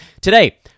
Today